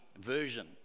version